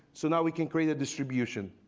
so now we can create a distribution.